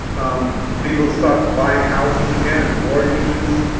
um people start buying houses again and mortgages.